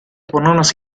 ponernos